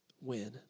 win